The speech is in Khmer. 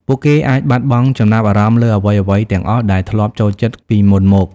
ពួកគេអាចបាត់បង់ចំណាប់អារម្មណ៍លើអ្វីៗទាំងអស់ ដែលធ្លាប់ចូលចិត្តពីមុនមក។